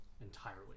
entirely